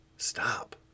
Stop